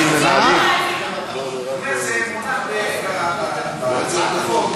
אני רואה שנשארו לו רק עוד 20 דפים,